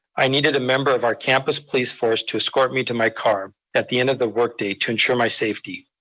i needed a member of our campus police force to escort me to my car at the end of the work day to ensure my safety.